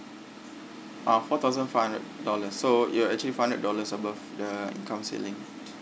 uh four thousand five hundred dollars so you're actually four hundred dollars above the income ceiling